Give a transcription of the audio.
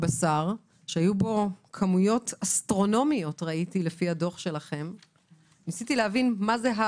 כמויות אסטרונומיות 260,000